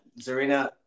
Zarina